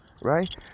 Right